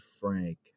Frank